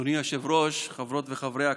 אדוני היושב-ראש, חברות וחברי הכנסת,